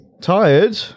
Tired